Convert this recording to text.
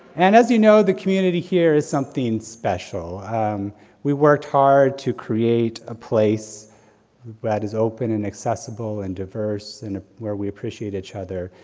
and as you know, the community here is something special we worked hard to create a place that is open and accessible, and diverse, and where we appreciate each other,